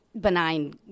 benign